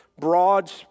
broad